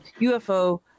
UFO